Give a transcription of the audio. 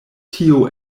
tio